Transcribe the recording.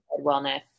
wellness